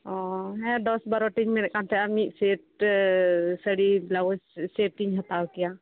ᱚᱻ ᱦᱮᱸ ᱫᱚᱥᱼᱵᱟᱨᱳ ᱴᱤ ᱢᱮᱱᱮᱫ ᱠᱟᱱ ᱛᱟᱦᱮᱱᱟ ᱢᱤᱫ ᱥᱮᱴ ᱥᱟᱹᱲᱤ ᱵᱮᱞᱟᱭᱩᱡᱽ ᱥᱮᱴ ᱤᱧ ᱦᱟᱛᱟᱣ ᱠᱮᱭᱟ